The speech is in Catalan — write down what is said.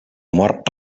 mort